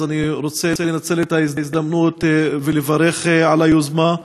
אז אני רוצה לנצל את ההזדמנות ולברך על היוזמה,